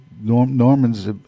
Normans